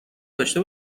داشته